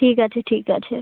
ঠিক আছে ঠিক আছে